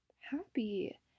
happy